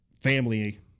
family